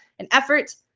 and effort.